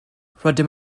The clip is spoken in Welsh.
rydym